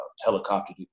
helicopter